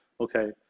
okay